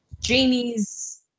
Jamie's